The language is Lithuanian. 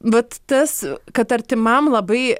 vat tas kad artimam labai